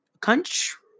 Country